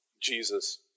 Jesus